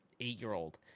eight-year-old